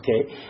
okay